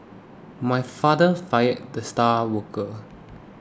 my father fired the star worker